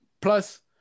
Plus